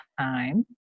time